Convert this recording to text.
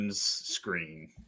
screen